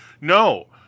No